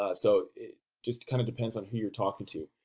ah so it just kind of depends on who you're talking to.